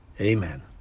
Amen